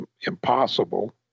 impossible